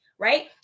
right